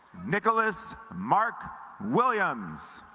nicholas mark williams